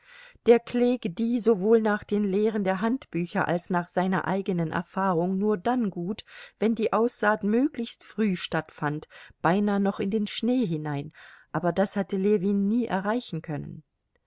der klee gedieh sowohl nach den lehren der handbücher als nach seiner eigenen erfahrung nur dann gut wenn die aussaat möglichst früh stattfand beinah noch in den schnee hinein aber das hatte ljewin nie erreichen können